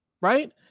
right